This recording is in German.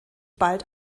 bald